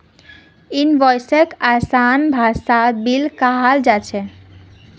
इनवॉइसक आसान भाषात बिल कहाल जा छेक